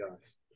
Yes